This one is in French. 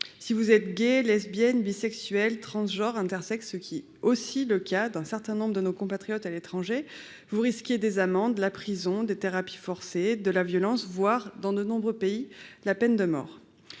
Si l'on est gay, lesbienne, bisexuel, transgenre ou intersexe, ce qui est le cas d'un certain nombre de nos compatriotes à l'étranger, on risque des amendes, la prison, des thérapies forcées, de la violence, voire, dans de nombreux pays, la peine de mort.